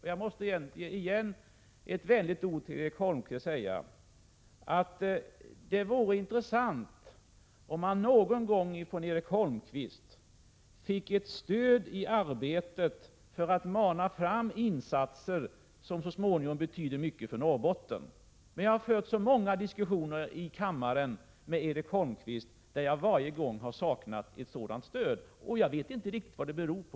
Jag måste på nytt vänligt säga till Erik Holmkvist att det vore intressant om man någon gång fick stöd i arbetet med att mana fram insatser som så småningom kommer att betyda mycket för Norrbotten. Jag har fört så många diskussioner här i kammaren med Erik Holmkvist, och jag har varje gång saknat ett sådant stöd. Jag vet inte riktigt vad det beror på.